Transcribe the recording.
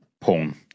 Porn